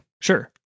sure